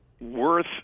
worth